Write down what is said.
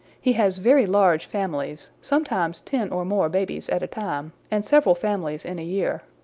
he has very large families, sometimes ten or more babies at a time, and several families in a year.